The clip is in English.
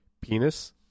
penis